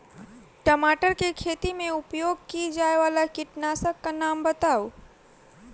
टमाटर केँ खेती मे उपयोग की जायवला कीटनासक कऽ नाम बताऊ?